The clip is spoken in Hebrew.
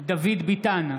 דוד ביטן,